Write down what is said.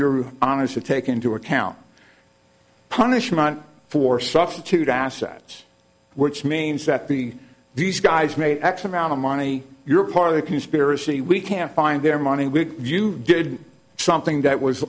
your honest to take into account punishment for substitute assets which means that the these guys made x amount of money you're part of the conspiracy we can find their money when you did something that was